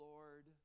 Lord